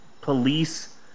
police